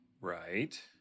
Right